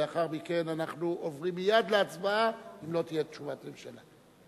ולאחר מכן אנחנו עוברים מייד להצבעה אם לא תהיה תשובת ממשלה.